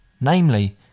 namely